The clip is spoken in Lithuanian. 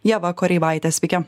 ieva koreivaite sveiki